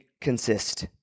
consist